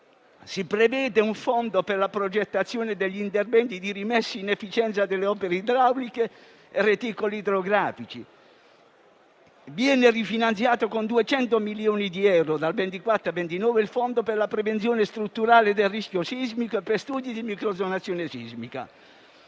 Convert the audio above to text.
Si prevede un fondo per la progettazione degli interventi di rimessa in efficienza delle opere idrauliche e dei reticoli idrografici. Viene rifinanziato con 200 milioni di euro, dal 2024 al 2029, il fondo per la prevenzione strutturale del rischio sismico e per studi di microzonazione sismica.